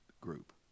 group